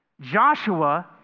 Joshua